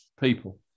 people